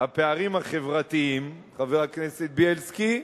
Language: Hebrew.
הפערים החברתיים, חבר הכנסת בילסקי,